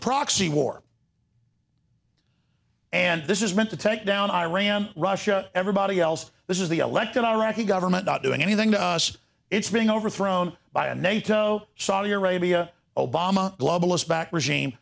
proxy war and this is meant to take down iran russia everybody else this is the elected iraqi government not doing anything to us it's being overthrown by a nato saudi arabia obama globalist backed regime